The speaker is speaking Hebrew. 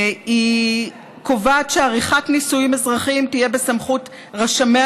היא קובעת שעריכת נישואים אזרחיים תהיה בסמכות רשמי